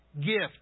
gift